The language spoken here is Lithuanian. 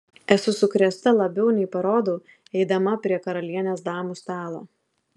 esu sukrėsta labiau nei parodau eidama prie karalienės damų stalo